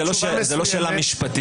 איזה היתכנות כלכלית?